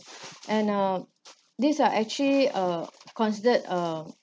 and uh these are actually uh considered uh